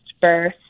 birth